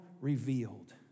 revealed